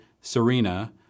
Serena